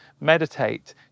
meditate